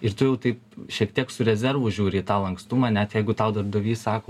ir tu jau taip šiek tiek su rezervu žiūri į tą lankstumą net jeigu tau darbdavys sako